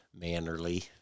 mannerly